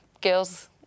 girls